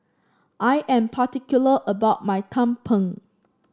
I am particular about my tumpeng